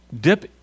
dip